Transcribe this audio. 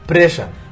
Pressure